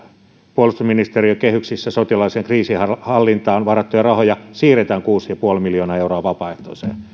puolustusministe riön kehyksissä sotilaalliseen kriisinhallintaan varattuja rahoja siirretään kuusi pilkku viisi miljoonaa euroa vapaaehtoisen